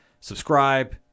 subscribe